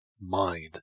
mind